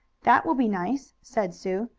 that will be nice, said sue,